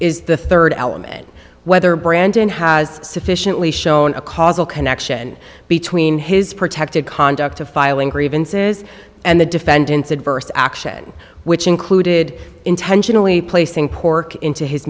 is the third element whether brandon has sufficiently shown a causal connection between his protected conduct to filing grieving and the defendant's adverse action which included intentionally placing pork into his